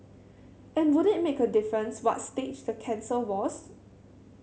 and would it make a difference what stage the cancer was